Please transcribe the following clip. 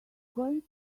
going